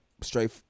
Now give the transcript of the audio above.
straight